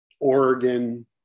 Oregon